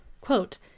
quote